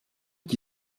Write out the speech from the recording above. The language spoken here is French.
qui